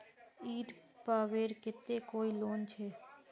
ईद पर्वेर केते कोई लोन छे?